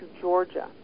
Georgia